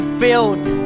filled